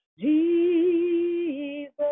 Jesus